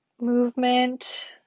movement